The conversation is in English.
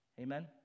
Amen